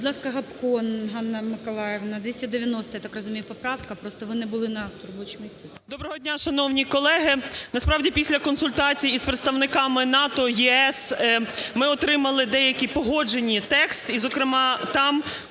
Доброго дня, шановні колеги! Насправді, після консультацій із представниками НАТО, ЄС ми отримали деякий погоджений текст,